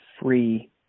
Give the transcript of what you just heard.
free